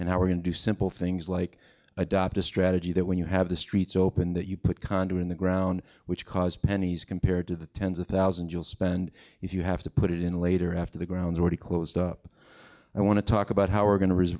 and how we're going to do simple things like adopt a strategy that when you have the streets open that you put condor in the ground which cause pennies compared to the tens of thousands you'll spend if you have to put it in later after the grounds already closed up i want to talk about how we're go